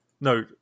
no